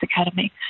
academy